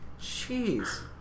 Jeez